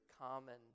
common